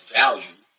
value